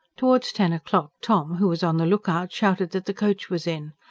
towards ten o'clock tom, who was on the look-out, shouted that the coach was in,